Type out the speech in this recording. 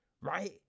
Right